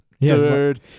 dude